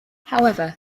however